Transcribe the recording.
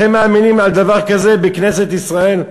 אתם מאמינים בדבר כזה בכנסת ישראל?